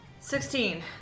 Sixteen